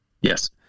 Yes